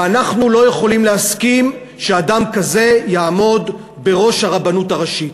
ואנחנו לא יכולים להסכים שאדם כזה יעמוד בראש הרבנות הראשית.